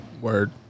Word